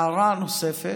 והערה נוספת: